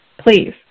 Please